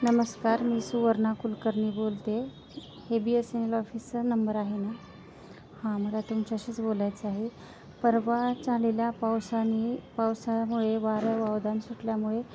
नमस्कार मी सुवर्ना कुलकर्नी बोलते हे बी एस एन एल ऑफिसचा नंबर आहे ना हां मला तुमच्याशीच बोलायचं आहे परवा झालेल्या पावसाने पावसामुळे वारं वावदान सुटल्यामुळे